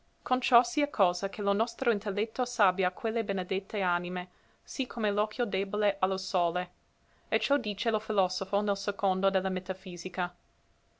con ciò sia cosa che lo nostro intelletto s'abbia a quelle benedette anime sì come l'occhio debole a lo sole e ciò dice lo filosofo nel secondo de la metafisica